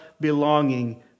belonging